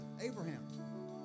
Abraham